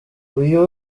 uyu